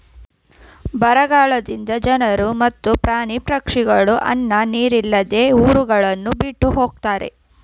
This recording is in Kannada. ಬರಗಾಲದಿಂದ ಜನರು ಮತ್ತು ಪ್ರಾಣಿ ಪಕ್ಷಿಗಳು ಅನ್ನ ನೀರಿಲ್ಲದೆ ಊರುಗಳನ್ನು ಬಿಟ್ಟು ಹೊಗತ್ತರೆ